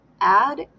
add